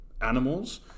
animals